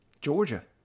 Georgia